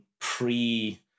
pre-